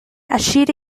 ashita